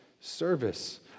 service